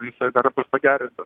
jisai dar bus pagerintas